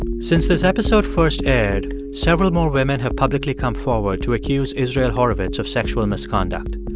since this episode first aired, several more women have publicly come forward to accuse israel horovitz of sexual misconduct.